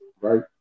Right